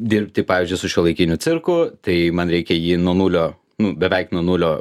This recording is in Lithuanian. dirbti pavyzdžiui su šiuolaikiniu cirku tai man reikia jį nuo nulio nu beveik nuo nulio